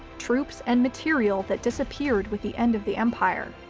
troops, and material that disappeared with the end of the empire.